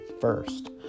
first